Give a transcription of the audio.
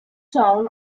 town